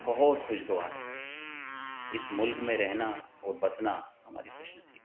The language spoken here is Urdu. بہت خوشگوار ہے اس ملک میں رہنا اور بسنا ہماری خوش نصیبی